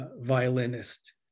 violinist